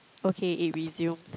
okay it resumed